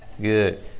Good